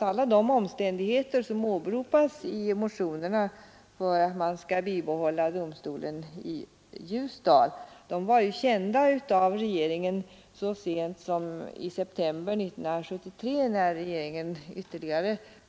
Alla de omständigheter som åberopas i motionerna för att man skall behålla domstolen i Ljusdal var kända av regeringen så sent som i september 1973, när regeringen